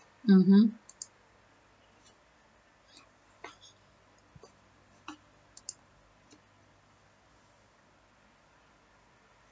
mmhmm